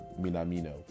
Minamino